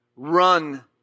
Run